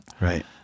Right